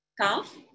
calf